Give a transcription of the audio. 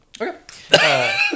Okay